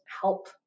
help